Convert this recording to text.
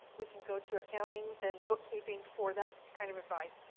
we can go to accounting and bookkeeping for that kind of advice.